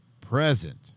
present